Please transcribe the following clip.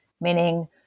Meaning